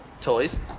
toys